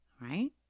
Right